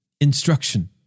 instruction